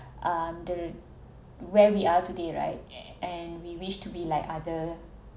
um the where we are today right and we wish to be like other